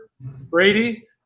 Brady